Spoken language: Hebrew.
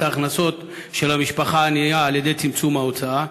ההכנסות של המשפחה הענייה על-ידי צמצום ההוצאה,